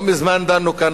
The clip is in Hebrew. לא מזמן דנו כאן,